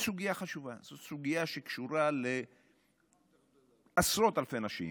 זו סוגיה חשובה, זו סוגיה שקשורה לעשרות אלפי נשים